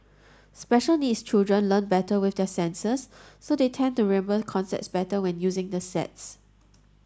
special needs children learn better with their senses so they tend to remember concepts better when using the sets